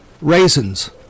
raisins